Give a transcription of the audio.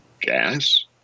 gas